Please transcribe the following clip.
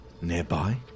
Nearby